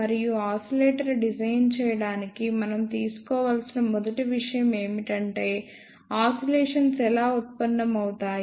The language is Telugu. మరియు ఆసిలేటర్ డిజైన్ చేయడానికి మనం తెలుసుకోవలసిన మొదటి విషయం ఏమిటంటే ఆసిలేషన్స్ ఎలా ఉత్పన్నమవుతాయి